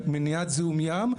למניעת זיהום ים,